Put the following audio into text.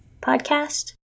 Podcast